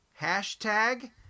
Hashtag